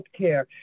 healthcare